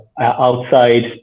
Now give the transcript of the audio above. outside